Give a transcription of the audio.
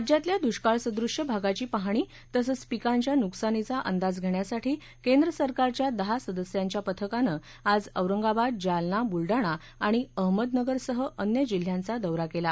राज्यातल्या दुष्काळ सदृश भागाची पाहणी तसंच पिकांच्या नुकसानीचा अंदाज घेण्यासाठी केंद्र सरकारच्या दहा सदस्यांच्या पथकानं आज औरंगाबाद जालना बुलडाणा आणि अहमदनगरसह अन्य जिल्ह्यांचा दौरा केला